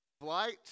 flight